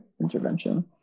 intervention